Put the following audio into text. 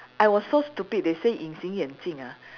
I was so stupid they say 隐形眼镜 ah